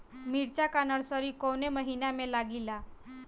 मिरचा का नर्सरी कौने महीना में लागिला?